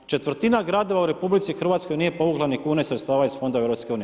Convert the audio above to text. Četvrtina gradova u RH nije povukla ni kune sredstava iz fondova EU.